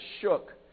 shook